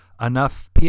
enough